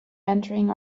entering